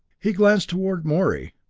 he glanced toward morey.